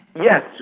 Yes